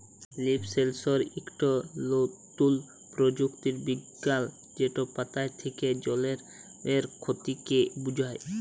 leaf সেলসর ইকট লতুল পরযুক্তি বিজ্ঞাল যেট পাতা থ্যাকে জলের খতিকে বুঝায়